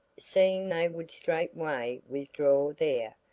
seeing they would straightway withdraw there,